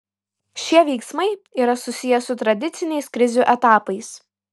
šie veiksmai yra susiję su tradiciniais krizių etapais